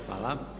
Hvala.